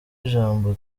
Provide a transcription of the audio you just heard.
ijambo